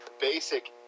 Basic